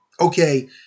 okay